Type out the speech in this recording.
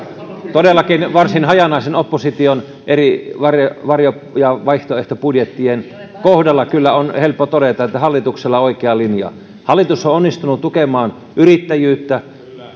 varsin hajanaisen opposition eri varjo varjo ja vaihtoehtobudjettien kohdalla kyllä on helppo todeta että hallituksella on oikea linja hallitus on onnistunut tukemaan yrittäjyyttä